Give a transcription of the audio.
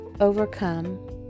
overcome